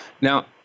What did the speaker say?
Now